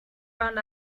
ran